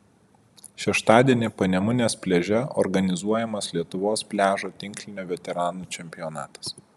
šeštadienį panemunės pliaže organizuojamas lietuvos pliažo tinklinio veteranų čempionatas